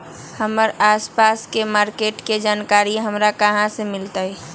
हमर आसपास के मार्किट के जानकारी हमरा कहाँ से मिताई?